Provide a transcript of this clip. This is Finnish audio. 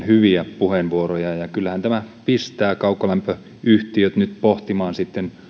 hyviä puheenvuoroja ja ja kyllähän tämä pistää kaukolämpöyhtiöt nyt pohtimaan sitten